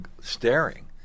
staring